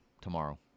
tomorrow